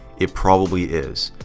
it probably is.